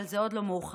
אבל זה עוד לא מאוחר.